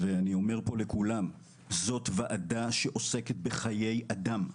אני אומר פה לכולם: זאת ועדה שעוסקת בחיי אדם,